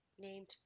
named